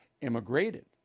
immigrated